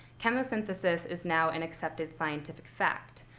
chemosynthesis is now an accepted scientific fact,